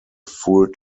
full